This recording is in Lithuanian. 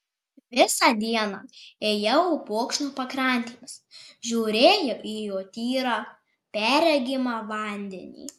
visą dieną ėjau upokšnio pakrantėmis žiūrėjau į jo tyrą perregimą vandenį